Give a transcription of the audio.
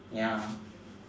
ya